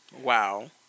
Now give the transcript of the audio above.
Wow